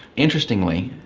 interestingly,